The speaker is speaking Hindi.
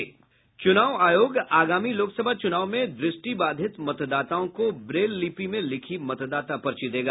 चुनाव आयोग आगामी लोकसभा चुनाव में दृष्टिबाधित मतदाताओं को ब्रेल लिपि में लिखी मतदाता पर्ची देगा